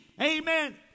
amen